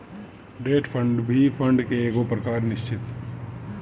debt fund भी fund के एगो प्रकार निश्चित